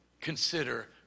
consider